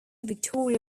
victoria